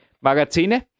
Magazine